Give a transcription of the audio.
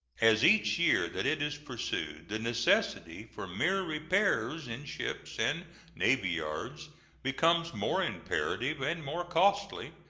as each year that it is pursued the necessity for mere repairs in ships and navy-yards becomes more imperative and more costly,